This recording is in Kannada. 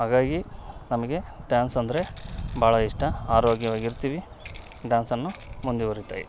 ಹಾಗಾಗಿ ನಮಗೆ ಡ್ಯಾನ್ಸ್ ಅಂದರೆ ಭಾಳ ಇಷ್ಟ ಆರೋಗ್ಯವಾಗಿ ಇರ್ತೀವಿ ಡ್ಯಾನ್ಸನ್ನು ಮುಂದುವರಿತಾಯಿ